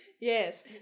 Yes